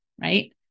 Right